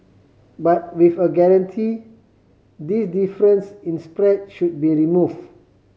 but with a guarantee this difference in spread should be removed